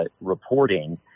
reporting